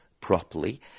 properly